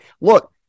Look